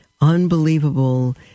unbelievable